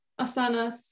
asanas